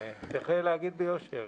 צריך להגיד ביושר,